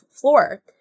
floor